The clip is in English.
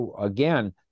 again